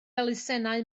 elusennau